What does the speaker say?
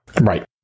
Right